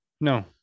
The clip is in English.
no